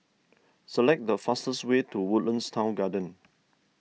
select the fastest way to Woodlands Town Garden